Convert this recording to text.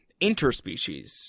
interspecies